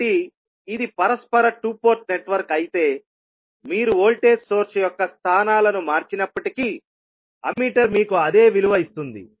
కాబట్టి ఇది పరస్పర 2 పోర్ట్ నెట్వర్క్ అయితేమీరు వోల్టేజ్ సోర్స్ యొక్క స్థానాలను మార్చినప్పటికీ అమ్మీటర్ మీకు అదే విలువ ఇస్తుంది